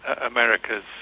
america's